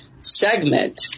segment